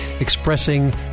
expressing